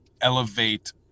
elevate